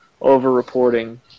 over-reporting